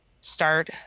start